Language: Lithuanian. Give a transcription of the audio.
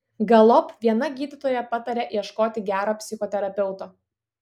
galop viena gydytoja patarė ieškoti gero psichoterapeuto